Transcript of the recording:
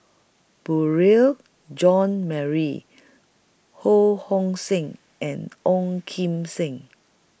Beurel Jean Marie Ho Hong Sing and Ong Kim Seng